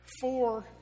four